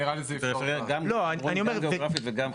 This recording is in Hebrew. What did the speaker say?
פריפריה גם גיאוגרפית וגם חברתית.